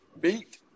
Beat